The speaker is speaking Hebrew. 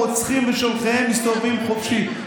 הרוצחים ושולחיהם מסתובבים חופשי.